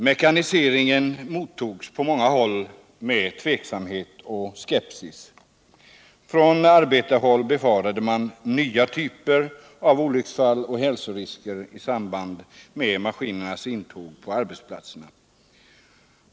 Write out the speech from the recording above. Mekaniseringen mottogs på många håll med tveksamhet och skepsis. Från arbetarhåll befarade man nya typer av olycksfall och hälsorisker i samband med maskinernas intåg på arbetsplatserna.